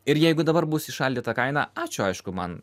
ir jeigu dabar bus įšaldyta kaina ačiū aišku man